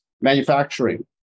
Manufacturing